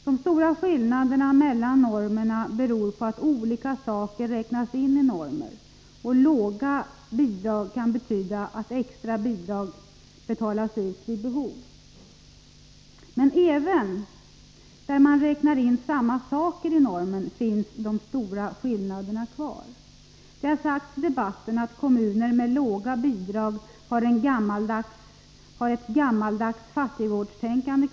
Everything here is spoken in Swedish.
De stora skillnaderna mellan normerna beror på att olika saker räknas in i dem. Låga bidrag kan betyda att extra bidrag betalas ut vid behov. Men även mellan de kommuner som räknar in samma saker i normen finns stora skillnader. Det har sagts i debatten att kommuner med låga bidrag har kvar ett gammaldags fattigvårdstänkande.